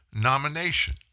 nomination